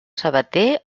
sabater